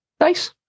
Nice